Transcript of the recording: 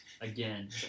again